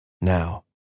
now